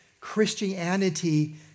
Christianity